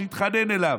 שהתחנן אליו.